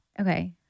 Okay